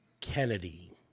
Kennedy